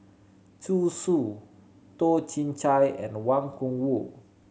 Zhu Xu Toh Chin Chye and Wang Gungwu